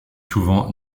souvent